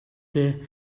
the